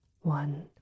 one